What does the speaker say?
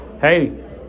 hey